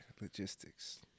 Logistics